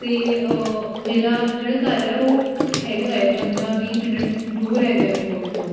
ਅਤੇ ਮੇਰਾ ਜਿਹੜਾ ਘਰ ਹੈ ਉਹ ਹੈਗਾ ਏ ਪੰਦਰ੍ਹਾਂ ਵੀਹ ਮਿੰਟ ਦੂਰ ਹੈ ਏਅਰਪੋਰਟ ਤੋਂ